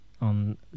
on